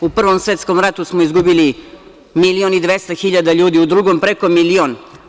U Prvom svetskom ratu smo izgubili 1.200.000,00 ljudi, u Drugom preko milion.